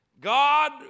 God